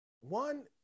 One